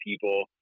people